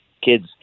kids